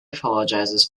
apologizes